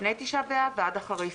לפני תשעה באב, ועד אחרי סוכות,